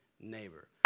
neighbor